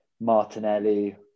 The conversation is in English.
Martinelli